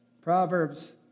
Proverbs